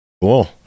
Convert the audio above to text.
cool